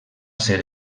ser